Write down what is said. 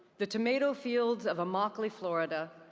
the tomato fields of immokalee, florida,